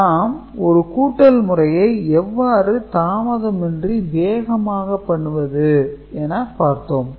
நாம் ஒரு கூட்டல் முறையை எவ்வாறு தாமதமின்றி வேகமாக பண்ணுவது என பார்த்தோம்